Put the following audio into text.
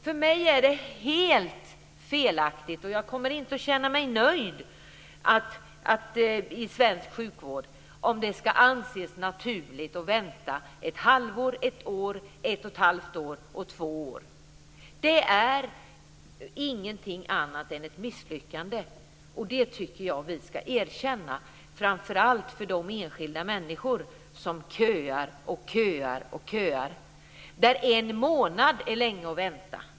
För mig är det helt felaktigt, och jag kommer inte att känna mig nöjd med svensk sjukvård, om det ska anses naturligt att vänta ett halvår, ett år, ett och halvt år, två år. Det är ingenting annat än ett misslyckande. Det tycker jag att vi ska erkänna framför allt för de enskilda människor som köar och köar, där en månad är länge att vänta.